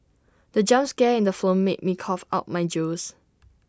the jump scare in the film made me cough out my juice